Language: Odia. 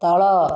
ତଳ